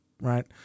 right